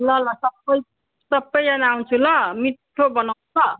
ल ल सबै सबैजना आउँछ ल मिठो बनाउनु ल